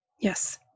Yes